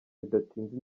bidatinze